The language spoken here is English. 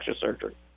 surgery